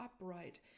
upright